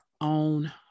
own